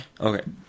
Okay